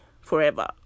forever